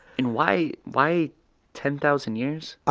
and why why ten thousand years?